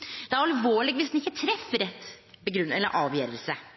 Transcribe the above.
Det er alvorleg viss ein ikkje treff rett